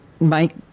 Mike